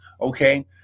Okay